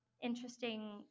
interesting